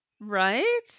Right